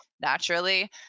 naturally